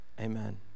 Amen